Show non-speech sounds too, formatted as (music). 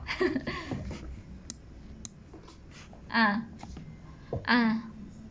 (laughs) ah ah